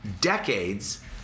decades